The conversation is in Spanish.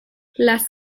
las